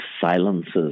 silences